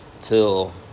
till